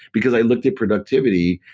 because i looked at productivity,